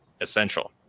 essential